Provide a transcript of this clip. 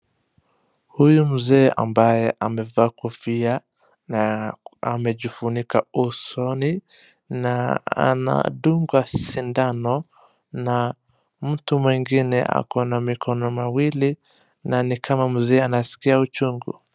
Huyu mzee ambaye amevaa kofia na amejifunka usoni na anadunga sindano na mtu mwingine akina mikono miwili na nikama mzee anaskia uchungu.